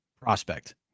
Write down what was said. prospect